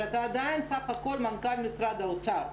אבל אתה עדיין סך הכול מנכ"ל משרד האוצר.